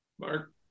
Mark